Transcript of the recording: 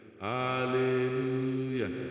Hallelujah